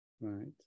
right